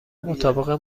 مطابق